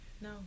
No